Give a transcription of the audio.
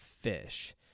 fish